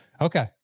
Okay